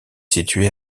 situé